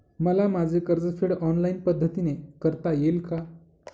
मला माझे कर्जफेड ऑनलाइन पद्धतीने करता येईल का?